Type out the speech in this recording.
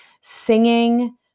singing